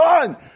done